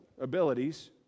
abilities